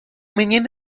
menino